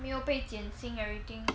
没有被减薪 everything